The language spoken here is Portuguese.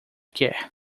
quer